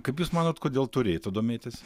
kaip jūs manot kodėl turėtų domėtis